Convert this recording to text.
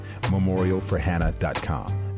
memorialforhannah.com